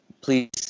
please